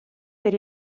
per